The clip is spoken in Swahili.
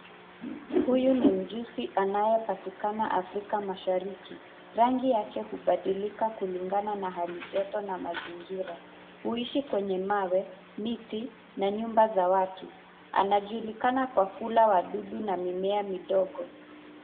Huyu ni mjusi anayepatikana Afrika Mashariki. Rangi yake hubadilika kulingana na hali joto na mazingira. Huishi kwenye mawe, miti na nyumba za watu. Anajulikana kwa kula wadudu na mimea midogo.